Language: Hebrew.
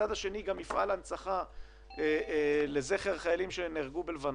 ומצד שני הוא מפעל הנצחה לזכר חיילים שנהרגו בלבנון.